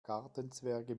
gartenzwerge